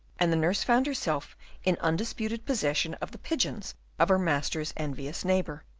and the nurse found herself in undisputed possession of the pigeons of her master's envious neighbour.